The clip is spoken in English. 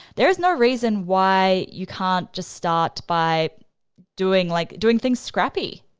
there is no reason why you can't just start by doing like doing things scrappy.